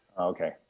okay